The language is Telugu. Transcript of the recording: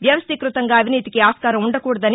వ్యవస్టీకృతంగా అవినీతికి ఆస్కారం ఉండకూడదని